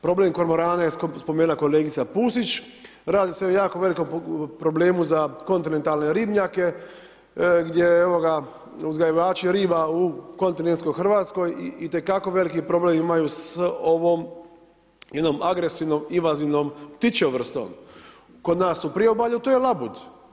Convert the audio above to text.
Problem kormorana je spomenula kolegica Pusić, radi se o jako velikom problemu za kontinentalne ribnjake, gdje, evo, ga uzgajivači riba u kontinentskoj Hrvatskoj, itekako veliki problem imaju s ovom jednom agresivnom invazivnom ptičjom vrstom, kod nas u priobalju to je labud.